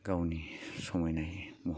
गावनि समायनाय महरखौ